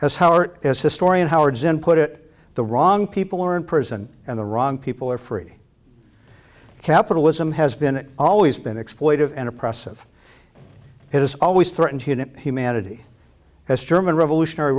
has howard as historian howard zinn put it the wrong people are in prison and the wrong people are free capitalism has been it always been exploitive and oppressive has always threatened to nip humanity as german revolutionary